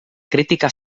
crítica